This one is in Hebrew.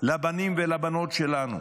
לבנים ולבנות שלנו